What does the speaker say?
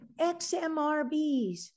XMRBs